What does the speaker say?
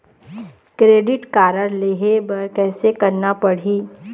Credit card लेहे बर कैसे करना पड़ही?